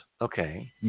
Okay